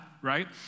right